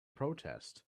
protest